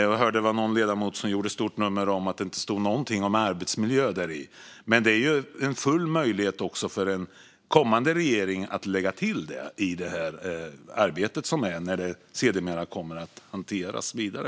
Jag hörde någon ledamot göra ett stort nummer av att det inte står någonting om arbetsmiljö däri, men det är ju fullt möjligt för en kommande regering att lägga till det i arbetet när det sedermera kommer att hanteras vidare.